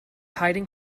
hiding